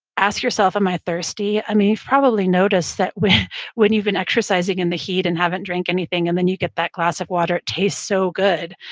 ask yourself, am i thirsty? i mean, you've probably noticed that when when you've been exercising in the heat and haven't drank anything, and then you get that glass of water, it tastes so good.